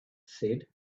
said